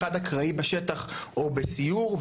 אחד אקראי בשטח או בסיור,